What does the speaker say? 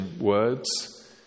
words